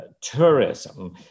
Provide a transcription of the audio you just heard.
tourism